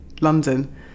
London